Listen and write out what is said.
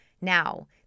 now